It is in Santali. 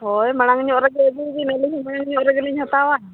ᱦᱳᱭ ᱢᱟᱲᱟᱝᱧᱚᱜ ᱨᱮᱜᱮ ᱟᱹᱜᱩᱭᱵᱤᱱ ᱟᱹᱞᱤᱧᱦᱚᱸ ᱢᱟᱲᱟᱝᱧᱚᱜ ᱨᱮᱜᱮᱞᱤᱧ ᱦᱟᱛᱟᱣᱟ